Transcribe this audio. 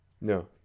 No